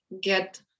get